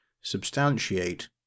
substantiate